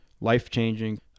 life-changing